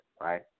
right